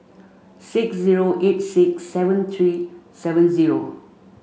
six zero eight six seven three seven zero